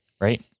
Right